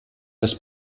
das